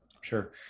sure